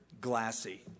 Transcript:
glassy